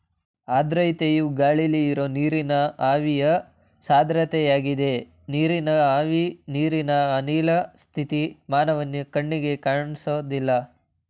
ಆರ್ದ್ರತೆಯು ಗಾಳಿಲಿ ಇರೋ ನೀರಿನ ಆವಿಯ ಸಾಂದ್ರತೆಯಾಗಿದೆ ನೀರಿನ ಆವಿ ನೀರಿನ ಅನಿಲ ಸ್ಥಿತಿ ಮಾನವನ ಕಣ್ಣಿಗೆ ಕಾಣ್ಸೋದಿಲ್ಲ